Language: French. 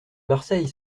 marseille